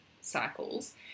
cycles